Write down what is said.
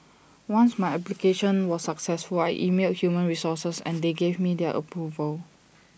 once my application was successful I emailed human resources and they gave me their approval